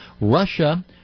Russia